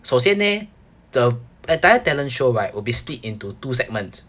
首先 leh the entire talent show right will be split into two segments